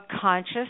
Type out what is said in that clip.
conscious